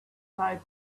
sites